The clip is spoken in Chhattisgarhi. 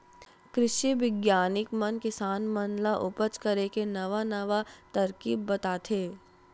कृषि बिग्यानिक मन किसान मन ल उपज करे के नवा नवा तरकीब बताथे